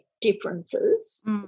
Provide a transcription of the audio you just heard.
differences